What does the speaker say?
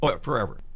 Forever